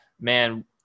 man